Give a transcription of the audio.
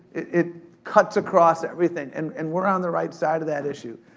it cuts across everything and and we're on the right side of that issue.